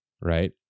right